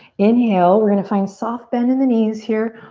inhale, we're gonna find soft bend in the knees here.